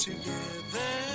together